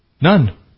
None